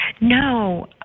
No